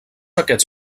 aquests